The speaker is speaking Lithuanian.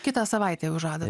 kitą savaitę jau žada